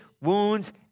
wounds